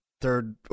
third